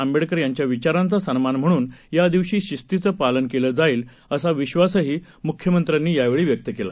आंबेडकर यांच्या विचारांचा सन्मान म्हणून या दिवशी शिस्तीचं पालन केलं जाईल असा विश्वासही मुख्यमंत्र्यांनी व्यक्त केला